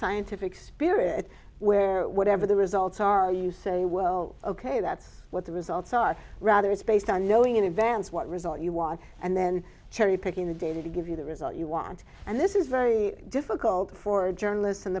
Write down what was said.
scientific spirit where whatever the results are you say well ok that's what the results are rather it's based on knowing in advance what result you want and then cherry picking the data to give you the result you want and this is very difficult for journalists and